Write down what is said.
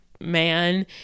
man